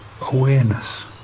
awareness